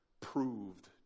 proved